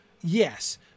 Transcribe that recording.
Yes